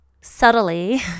subtly